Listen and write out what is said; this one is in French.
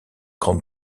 grande